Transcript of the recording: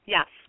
Yes